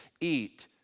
eat